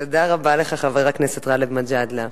תודה רבה לך, חבר הכנסת גאלב מג'אדלה.